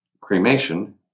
cremation